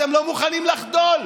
אתם לא מוכנים לחדול.